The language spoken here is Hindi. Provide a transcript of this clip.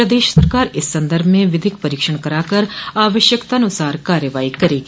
प्रदेश सरकार इस संदर्भ में विधिक परीक्षण कराकर आवश्यकतानुसार कार्रवाई करेगी